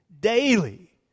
daily